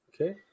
Okay